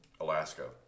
Alaska